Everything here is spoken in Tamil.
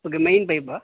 okay main பைப்பா